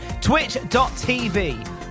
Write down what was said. Twitch.tv